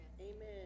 Amen